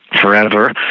forever